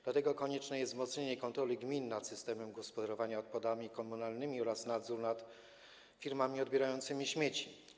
Do tego konieczne jest wzmocnienie kontroli gmin nad systemem gospodarowania odpadami komunalnymi oraz nadzór nad firmami odbierającymi śmieci.